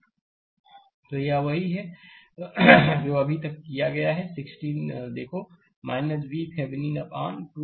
slide समय देखें 2440 तो यह वही है जो अभी तक किया गया है 16 देखो VThevenin अपान 2 2 VThevenin अपान 6